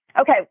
Okay